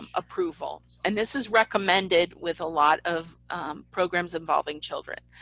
ah approval and this is recommended with a lot of programs involving children.